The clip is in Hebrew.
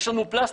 יש לנו פלסטיק,